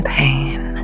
pain